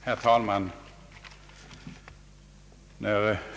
Herr talman!